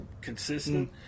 consistent